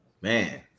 Man